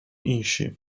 insi